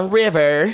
river